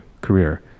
career